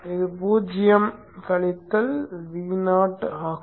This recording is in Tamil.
இது பூஜ்யம் கழித்தல் Vo ஆகும்